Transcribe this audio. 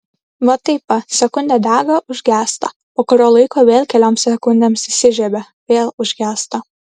va taip va sekundę dega užgęsta po kurio laiko vėl kelioms sekundėms įsižiebia vėl užgęsta